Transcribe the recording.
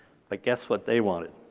like guess what they wanted.